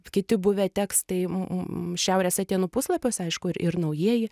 kiti buvę tekstai m šiaurės atėnų puslapiuose aišku ir ir naujieji